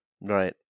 Right